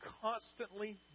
constantly